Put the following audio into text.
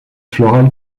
florale